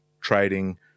trading